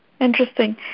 Interesting